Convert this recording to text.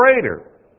greater